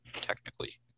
technically